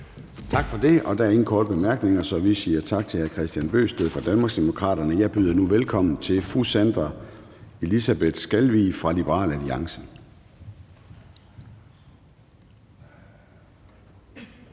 Tak for det. Der er ingen korte bemærkninger, så vi siger tak til hr. Kristian Bøgsted fra Danmarksdemokraterne. Jeg byder nu velkommen til fru Sandra Elisabeth Skalvig fra Liberal Alliance.